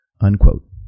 unquote